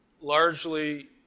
largely